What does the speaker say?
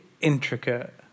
intricate